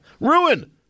ruin